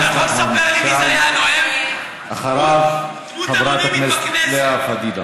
חבר הכנסת נחמן שי.